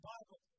Bible